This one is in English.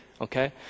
okay